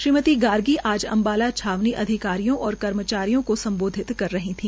श्रीमती गार्गी आज अम्बाला छावनी अधिकारियों और कर्मचारियों को सम्बोधित कर रही थी